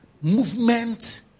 movement